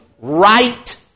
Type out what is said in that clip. right